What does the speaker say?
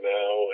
now